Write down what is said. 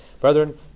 brethren